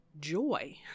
joy